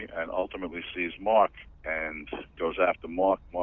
and ultimately sees mark, and goes after mark.